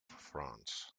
france